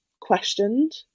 questioned